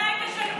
מתי תשלמו להם,